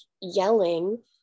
yelling